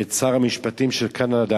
את שר המשפטים לשעבר של קנדה,